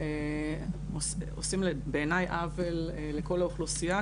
עושים בעיניי עוול לכל האוכלוסייה,